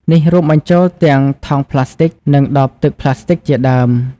នេះរួមបញ្ចូលទាំងថង់ប្លាស្ទិក និងដបទឹកប្លាស្ទិកជាដើម។